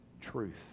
truth